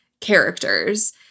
characters